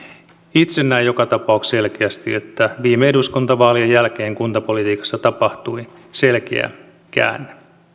itse näen joka tapauksessa selkeästi että viime eduskuntavaalien jälkeen kuntapolitiikassa tapahtui selkeä käänne